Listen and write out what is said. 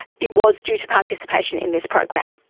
it was due to participation in this program.